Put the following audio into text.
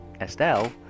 Estelle